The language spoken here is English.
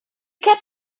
kept